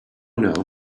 now